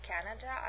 Canada